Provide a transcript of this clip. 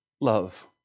love